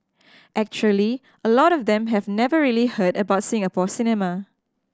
actually a lot of them have never really heard about Singapore cinema